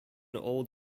old